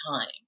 time